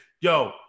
Yo